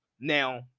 Now